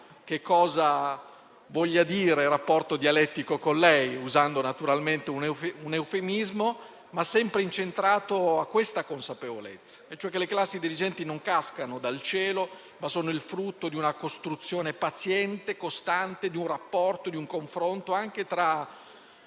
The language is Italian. sa cosa voglia dire avere un rapporto dialettico con lei (usando naturalmente un eufemismo). Tale rapporto era sempre incentrato sulla consapevolezza che le classi dirigenti non cascano dal cielo, ma sono il frutto di una costruzione paziente e costante, di un rapporto e di un confronto, anche tra